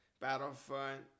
Battlefront